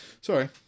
sorry